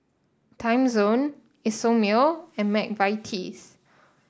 Timezone Isomil and McVitie's